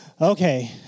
Okay